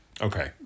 Okay